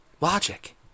logic